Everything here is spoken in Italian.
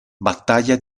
battaglia